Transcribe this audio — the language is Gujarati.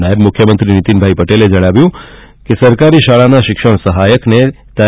નાયબ મુખ્યમંત્રી નીતિન પટેલે જણાવ્યું કે સરકારી શાળાના શિક્ષણ સહાયકને તા